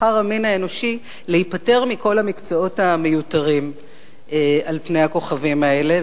בחר המין האנושי להיפטר מכל המקצועות המיותרים על פני הכוכבים האלה,